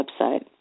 website